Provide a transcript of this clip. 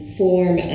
form